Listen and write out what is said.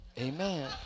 amen